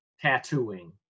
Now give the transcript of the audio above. tattooing